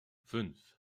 fünf